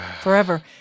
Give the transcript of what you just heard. forever